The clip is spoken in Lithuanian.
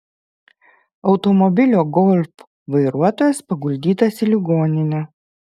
automobilio golf vairuotojas paguldytas į ligoninę